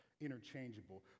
interchangeable